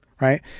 right